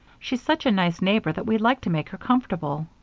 she's such a nice neighbor that we'd like to make her comfortable.